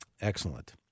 Excellent